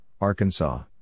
Arkansas